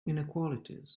inequalities